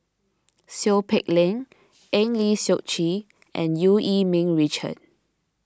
Seow Peck Leng Eng Lee Seok Chee and Eu Yee Ming Richard